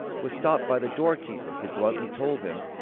was stopped by the door-keeper, who bluntly told him,